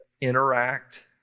interact